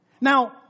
Now